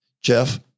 Jeff